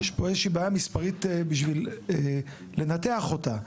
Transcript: פה יש לי בעיה מספרית בשביל לנתח אותה,